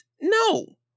No